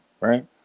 right